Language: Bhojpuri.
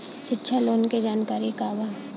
शिक्षा लोन के जानकारी का बा?